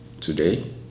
Today